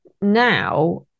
now